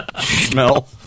Smell